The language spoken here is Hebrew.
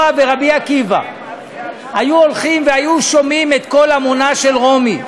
ורבי עקיבא היו הולכים והיו שומעים את קול המונה של רומי.